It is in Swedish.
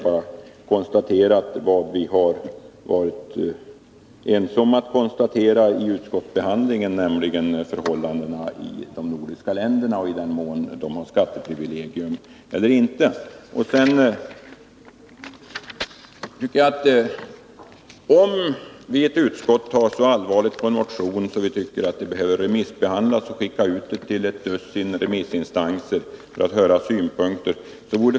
Jag konstaterar bara vad vi har varit ense om vid utskottsbehandlingen, nämligen att förmånsrätten för skatter har avskaffats i Danmark och Norge. Om vi i utskottet tar allvarligt på en motion händer det ofta att den remissbehandlas så att vi skall få synpunkter.